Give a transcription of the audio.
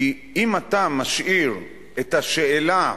כי אם אתה משאיר את השאלה,